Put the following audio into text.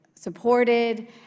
supported